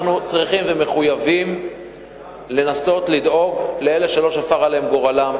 אנחנו צריכים ומחויבים לנסות לדאוג לאלה שלא שפר עליהם גורלם,